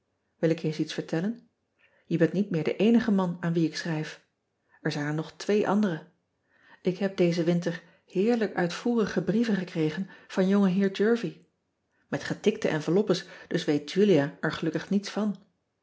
il ik je eens iets vertellen e bent niet meer de eenige man aan wien ik schrijf r zijn er nog twee andere k heb dezen winter heerlijk uitvoerige brieven gekregen van ongeheer ervie met getikte enveloppes dus weet ulia er gelukkig niets van